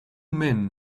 men